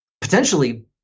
potentially